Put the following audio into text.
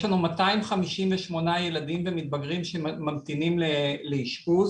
יש לנו 258 ילדים ומתבגרים שממתינים לאשפוז